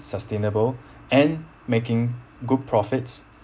sustainable and making good profits